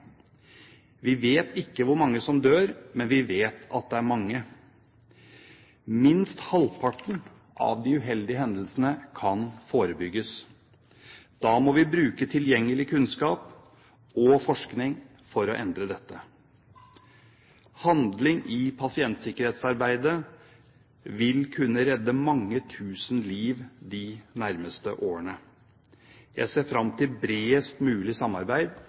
Vi vet ikke hvor mange som dør, men vi vet at det er mange. Minst halvparten av de uheldige hendelsene kan forebygges. Da må vi bruke tilgjengelig kunnskap og forskning for å endre dette. Handling i pasientsikkerhetsarbeidet vil kunne redde mange tusen liv de nærmeste årene. Jeg ser fram til bredest mulig samarbeid